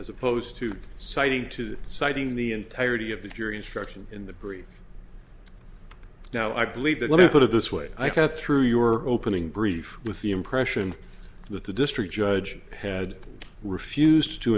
as opposed to citing to the citing the entirety of the jury instruction in the brief now i believe that let me put it this way i cut through your opening brief with the impression that the district judge had refused to